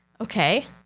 okay